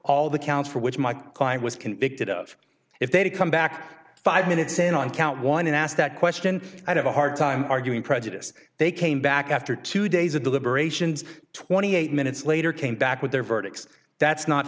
all the counts for which my client was convicted of if they come back five minutes in on count one and asked that question i have a hard time arguing prejudice they came back after two days of deliberations twenty eight minutes later came back with their verdict that's not